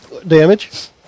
Damage